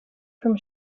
from